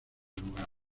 lugar